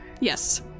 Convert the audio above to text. Yes